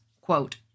quote